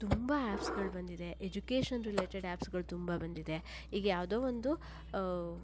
ತುಂಬ ಆ್ಯಪ್ಸ್ಗಳು ಬಂದಿದೆ ಎಜುಕೇಷನ್ ರಿಲೇಟೆಡ್ ಆಪ್ಸ್ಗಳು ತುಂಬ ಬಂದಿದೆ ಈಗ ಯಾವುದೋ ಒಂದು